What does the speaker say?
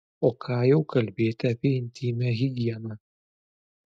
o ką jau kalbėti apie intymią higieną